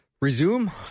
resume